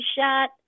shot